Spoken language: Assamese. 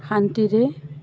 শান্তিৰে